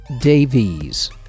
Davies